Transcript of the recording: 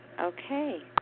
Okay